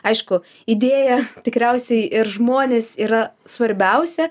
aišku idėja tikriausiai ir žmonės yra svarbiausia